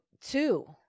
two